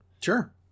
sure